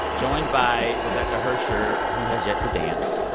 joined by rebecca hersher, who has yet to dance.